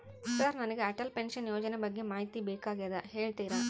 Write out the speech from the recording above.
Sir ನನಗೆ Atal pension ಯೋಜನೆ ಬಗ್ಗೆ ಮಾಹಿತಿ ಬೇಕಾಗ್ಯದ ಹೇಳ್ತೇರಾ?